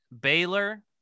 Baylor